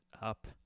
up